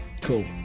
cool